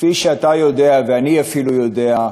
כפי שאתה יודע ואני אפילו יודע,